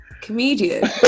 Comedian